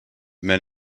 men